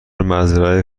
مزرعه